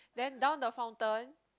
then down the fountain